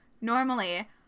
normally